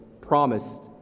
promised